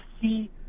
see